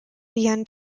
began